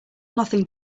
nothing